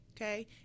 okay